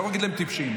אל תגיד להם טיפשים,